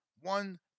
one